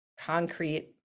concrete